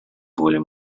более